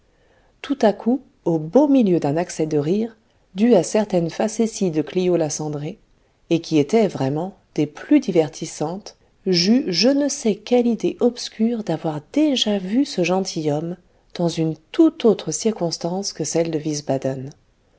tout à coup au beau milieu d'un accès de rire dû à certaine facétie de clio la cendrée et qui était vraiment des plus divertissantes j'eus je ne sais quelle idée obscure d'avoir déjà vu ce gentilhomme dans une toute autre circonstance que celle de